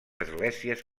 esglésies